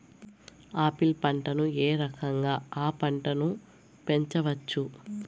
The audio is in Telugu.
ఆపిల్ పంటను ఏ రకంగా అ పంట ను పెంచవచ్చు?